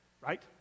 right